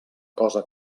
cosa